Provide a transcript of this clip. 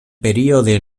període